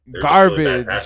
garbage